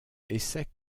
essaient